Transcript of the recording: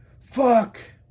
Fuck